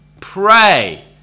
Pray